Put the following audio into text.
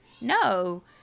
No